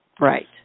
Right